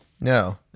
No